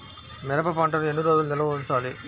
మిరప పంటను ఎన్ని రోజులు నిల్వ ఉంచాలి?